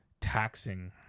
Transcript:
taxing